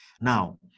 Now